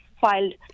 filed